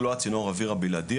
הוא לא הצינור אוויר הבלעדי,